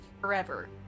Forever